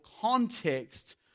context